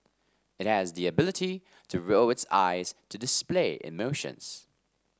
it has the ability to roll its eyes to display emotions